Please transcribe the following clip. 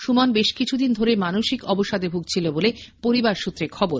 সুমন বেশ কিছুদিন ধরেই মানসিক অবসাদে ভুগছিল বলে পরিবার সূত্রে খবর